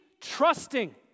trusting